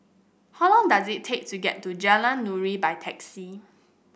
how long does it take to get to Jalan Nuri by taxi